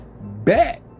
bet